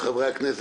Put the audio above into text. בחברי הכנסת,